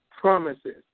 promises